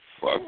fuck